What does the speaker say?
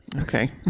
Okay